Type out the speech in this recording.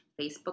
Facebook